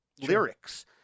lyrics